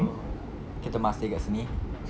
so kita masih kat sini